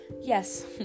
Yes